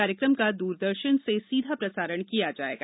कार्यक्रम का दूरदर्शन से सीधा प्रसारण किया जायेगा